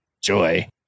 joy